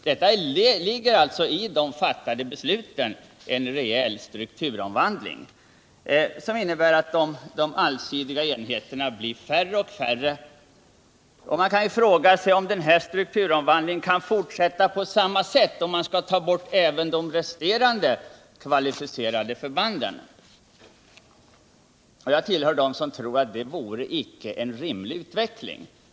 Detta ligger i de fattade besluten — de allsidiga enheterna blir färre och färre. Man kan fråga sig om den här strukturomvandlingen kan fortsätta på samma sätt så att man tar bort även de resterande kvalificerade förbanden. Jag tillhör dem som tror att det inte vare en rimlig utveckling.